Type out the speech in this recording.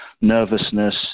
nervousness